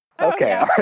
Okay